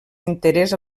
interès